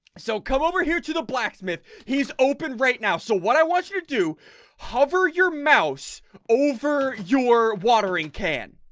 so come over here to the blacksmith. he's open right now. so what i want you to do hover your mouse over your watering can